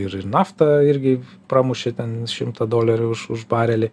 ir ir nafta irgi pramušė ten šimtą dolerių už už barelį